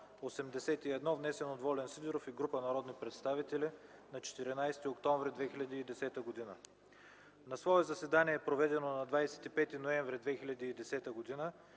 внесен от Волен Сидеров и група народни представители на 14 октомври 2010 г. „На свое заседание, проведено на 25 ноември 2010 г.,